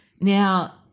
Now